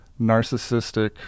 narcissistic